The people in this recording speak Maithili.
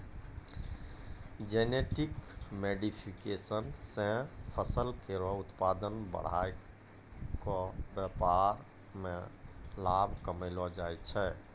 जेनेटिक मोडिफिकेशन सें फसल केरो उत्पादन बढ़ाय क व्यापार में लाभ कमैलो जाय छै